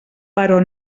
però